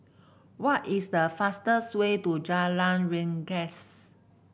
what is the fastest way to Jalan Rengas